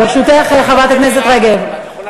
ברשותך, חברת הכנסת רגב, את לא יכולה.